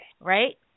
Right